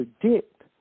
predict